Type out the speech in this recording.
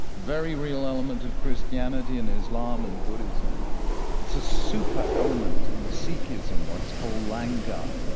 very real element of christianity and islam and buddhism it's a super element in sikhism, what's called langar.